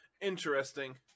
interesting